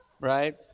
right